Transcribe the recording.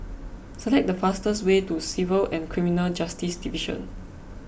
select the fastest way to Civil and Criminal Justice Division